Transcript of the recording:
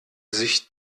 sich